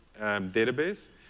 database